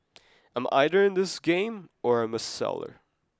I'm either in this game or I'm a seller